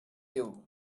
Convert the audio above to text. you